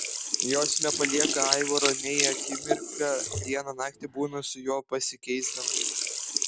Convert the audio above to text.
jos nepalieka aivaro nei akimirką dieną naktį būna su juo pasikeisdamos